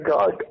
God